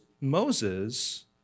Moses